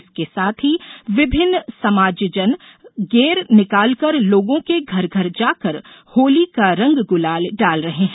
इसके साथ ही विभिन्न समाजजनों द्वारा गेर निकाल कर लोगों के घर घर जाकर होली का रंग गुलाल डाल रहे है